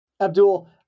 abdul